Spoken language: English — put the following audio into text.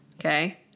Okay